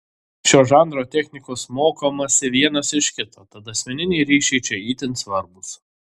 šio žanro technikos mokomasi vienas iš kito tad asmeniniai ryšiai čia itin svarbūs